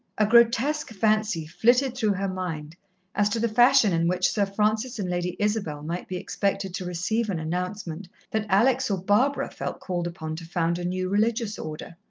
a grotesque fancy flitted through her mind as to the fashion in which sir francis and lady isabel might be expected to receive an announcement that alex or barbara felt called upon to found a new religious order.